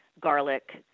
garlic